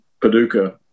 Paducah